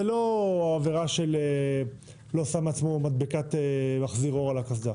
זה לא עבירה שהוא לא שם לעצמו מדבקת מחזיר אור על הקסדה.